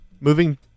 Moving